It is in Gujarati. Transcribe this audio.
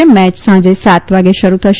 આ મેય સાંજે સાત વાગે શરૂ થશે